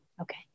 Okay